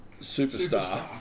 Superstar